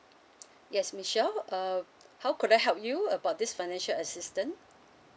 yes Michelle uh how could help you about this financial assistance